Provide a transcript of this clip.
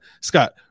Scott